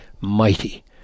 mighty